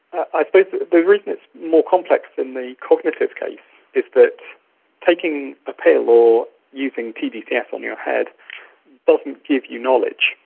i suppose the reason it's more complex than the cognitive case is that taking a pill or using tdcs and on your head doesn't give you knowledge,